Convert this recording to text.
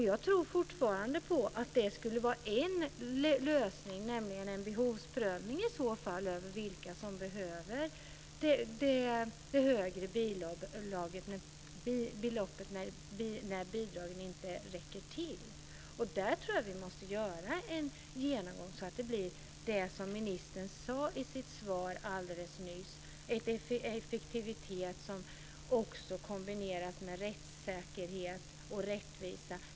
Jag tror fortfarande på att en lösning skulle vara en behovsprövning av vilka som behöver det högre beloppet när bidragen inte räcker till. Där tror jag att vi måste göra en genomgång så att det blir som ministern sade i sitt svar alldeles nyss: effektivitet som också kombineras med rättssäkerhet och rättvisa.